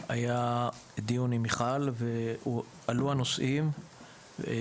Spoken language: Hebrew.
התקיים כאן דיון בראשותה של מיכל שיר ועלו הנושאים האלה.